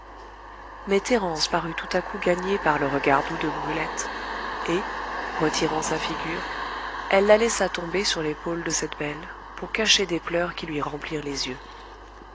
mais thérence parut tout à coup gagnée par le regard doux de brulette et retirant sa figure elle la laissa tomber sur l'épaule de cette belle pour cacher des pleurs qui lui remplirent les yeux